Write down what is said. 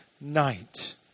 night